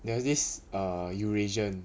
there was this err eurasian